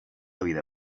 vida